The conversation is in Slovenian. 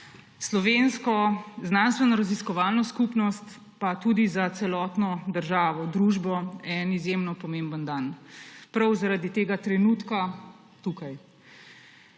slovensko znanstvenoraziskovalno skupnost pa tudi za celotno državo, družbo en izjemno pomemben dan. Prav zaradi tega trenutka tukaj.